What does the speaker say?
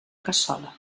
cassola